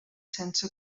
sense